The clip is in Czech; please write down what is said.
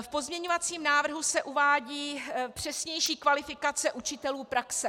V pozměňovacím návrhu se uvádí přesnější kvalifikace učitelů praxe.